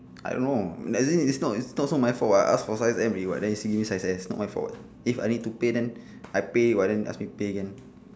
I don't know as if it's not it's not so my fault [what] I ask for size M [what] then they give me size S not my fault [what] if I need to pay then I pay but then ask me pay again